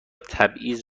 تبعیض